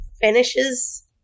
finishes